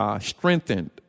strengthened